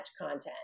content